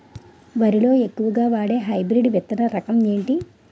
వరి లో ఎక్కువుగా వాడే హైబ్రిడ్ విత్తన రకం ఏంటి?